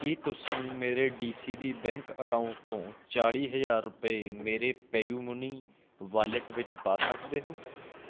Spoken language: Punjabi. ਕੀ ਤੁਸੀਂ ਮੇਰੇ D C B bank account ਤੋਂ ਚਾਲ੍ਹੀ ਹਜ਼ਾਰ ਰੁਪਏ ਮੇਰੇ ਪੇਯੂਮਨੀ ਵਾਲਿਟ ਵਿੱਚ ਪਾ ਸਕਦੇ ਹੋ